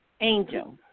Angel